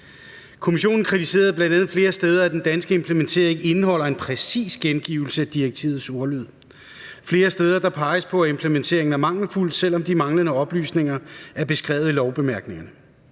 Kommissionen kritiserer bl.a. flere steder, at den danske implementering ikke indeholder en præcis gengivelse af direktivets ordlyd. Flere steder peges der på, at implementeringen er mangelfuld, selv om de manglende oplysninger er beskrevet i lovbemærkningerne.